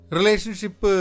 Relationship